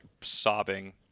sobbing